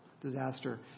disaster